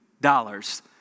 dollars